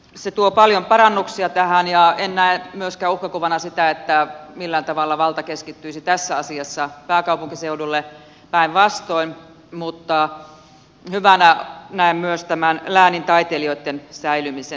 se tuo paljon parannuksia tähän enkä näe myöskään uhkakuvana sitä että millään tavalla valta keskittyisi tässä asiassa pääkaupunkiseudulle päinvastoin mutta hyvänä näen myös tämän läänintaiteilijoitten säilymisen